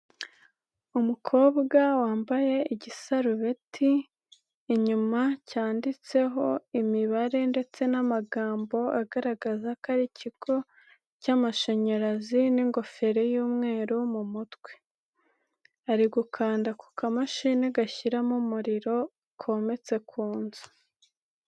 Umukobwa wambaye igisarubeti inyuma cyanditseho imibare ndetse n'amagambo agaragaza ko ari ikigo cy'amashanyarazi n'ingofero y'umweru mu mutwe, ari gukanda ku kamashini gashyiramo umuriro kometse ku nzu.